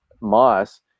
Moss